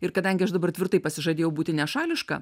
ir kadangi aš dabar tvirtai pasižadėjau būti nešališka